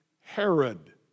Herod